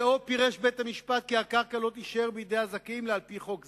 ו/או פירש בית-המשפט כי הקרקע לא תישאר בידי הזכאים לה על-פי חוק זה,